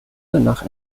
nach